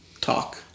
talk